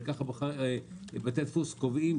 כי כך בתי הדפוס קובעים,